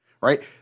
right